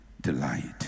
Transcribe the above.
delight